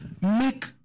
make